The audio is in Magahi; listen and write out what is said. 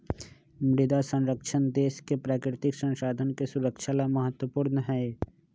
मृदा संरक्षण देश के प्राकृतिक संसाधन के सुरक्षा ला महत्वपूर्ण हई